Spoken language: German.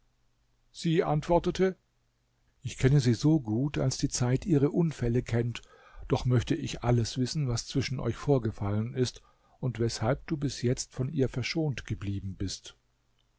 sie antwortete ich kenne sie so gut als die zeit ihre unfälle kennt doch möchte ich alles wissen was zwischen euch vorgefallen ist und weshalb du bis jetzt von ihr verschont geblieben bist